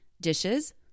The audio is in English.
dishes